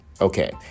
Okay